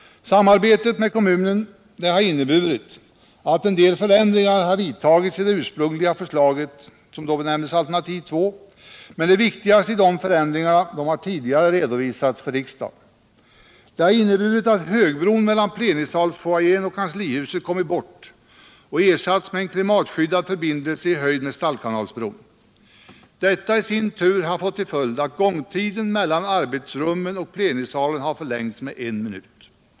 "Samarbetet med kommunen har inneburit att en del förändringar har vidtagits i det ursprungliga förslaget, som benämndes alternativ 2, men de viktigaste av dem har tidigare redovisats för riksdagen. Högbron mellan plenisalsfoajén och kanslihuset har kommit bort och ersatts med en klimatskyddad förbindelse i höjd med Stallkanalsbron. Detta i sin tur har fått till följd att gångtiden mellan arbetsrummen och plenisalen har förlängts med en minut.